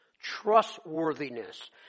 trustworthiness